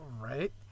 Right